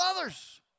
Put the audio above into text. others